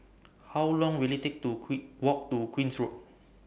How Long Will IT Take to quick Walk to Queen's Road